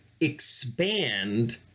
expand